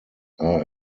are